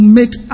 make